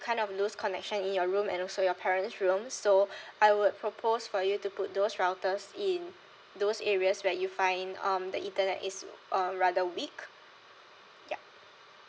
kind of lose connection in your room and also your parents' room so I would propose for you to put those routers in those areas where you find um the internet is uh rather weak ya